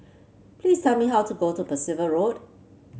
please tell me how to go to Percival Road